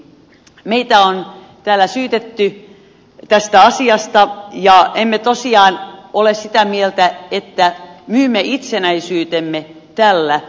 meitä on täällä syytetty tästä asiasta ja emme tosiaan ole sitä mieltä että myymme itsenäisyytemme tällä